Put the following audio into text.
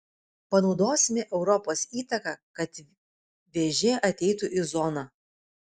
panaudosime europos įtaką kad vėžė ateitų į zoną